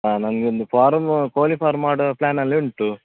ಹಾಂ ನನಗೊಂದು ಫಾರಂ ಕೋಳಿ ಫಾರ್ಮ್ ಮಾಡೋ ಪ್ಲ್ಯಾನಲ್ಲಿ ಉಂಟು